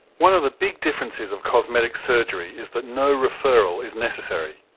one of the big differences of cosmetic surgery is that no referral is necessary.